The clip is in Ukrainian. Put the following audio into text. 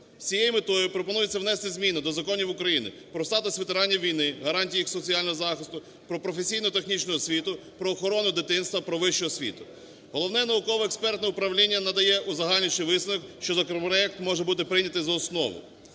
цією метою пропонується внести зміни до законів України: "Про статус ветеранів війни, гарантії їх соціального захисту", "Про професійно-технічну освіту", "Про охорону дитинства", "Про вищу освіту". Головне науково-експертне управління надає узагальнюючий висновок, що законопроект може бути прийнятий за основу.